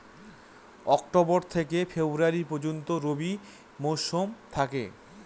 October থেকে ফেব্রুয়ারি পর্যন্ত রবি মৌসুম থাকে